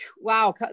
wow